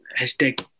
hashtag